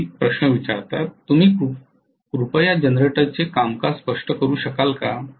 विद्यार्थीः तुम्ही कृपया जनरेटरचे कामकाज स्पष्ट करु शकाल का